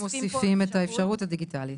רק מוסיפים את האפשרות הדיגיטלית.